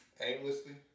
aimlessly